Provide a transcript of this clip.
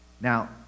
Now